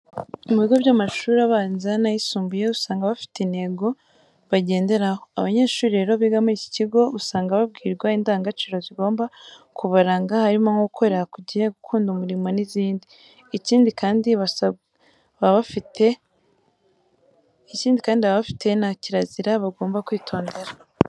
Mu bigo by'amashuri abanza n'ayisumbuye usanga baba bafite intego bagenderaho. Abanyeshuri rero biga muri iki cyiciro usanga babwirwa indangagaciro zigomba kubaranga harimo nko gukorera ku gihe, gukunda umurimo n'izindi. Ikindi kandi baba bafite na kirazira bagomba kwitondera.